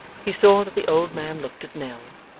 he saw that the old man looked at nell,